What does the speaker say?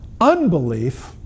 Unbelief